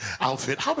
outfit